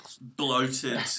bloated